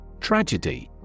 Tragedy